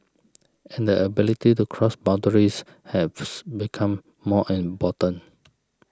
and the ability to cross boundaries become more important